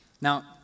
Now